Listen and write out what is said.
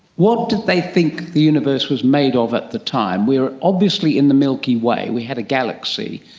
what did they think the universe was made of at the time? we were obviously in the milky way, we had a galaxy,